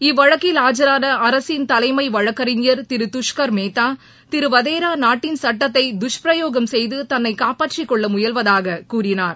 இவ்வழக்கில் ஆஜரான அரசின் தலைமை வழக்கறிஞர் திரு துஷ்கர் மேதா திரு வதேரா நாட்டின் சட்டத்தை துஷ்பிரயோகம் செய்து தன்னைக் காப்பாற்றிக்கொள்ள முயல்வதாக கூறினார்